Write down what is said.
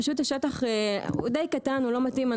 פשוט השטח הוא די קטן, הוא לא מתאים.